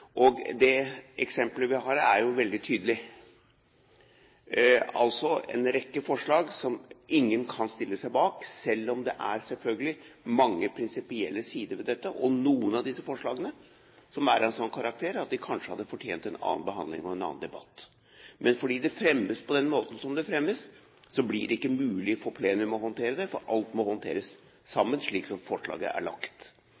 Og det eksempelet vi har her, er jo veldig tydelig – altså en rekke forslag som ingen kan stille seg bak, selv om det selvfølgelig er mange prinsipielle sider ved dette, og noen av disse forslagene er av en sånn karakter at de kanskje hadde fortjent en annen behandling og en annen debatt. Men fordi det fremmes på den måten det blir gjort, blir det ikke mulig for plenum å håndtere det, for alt må håndteres sammen, slik som forslaget er lagt